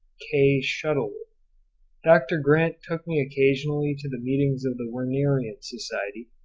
kay-shuttleworth. dr. grant took me occasionally to the meetings of the wernerian society,